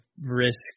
risk